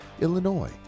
Illinois